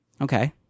Okay